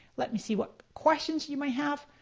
let me see what questions you may have.